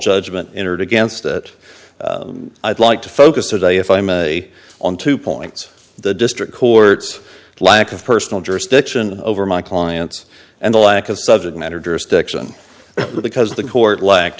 judgment entered against that i'd like to focus today if i may on two points the district courts lack of personal jurisdiction over my clients and the lack of subject matter jurisdiction because the court lacked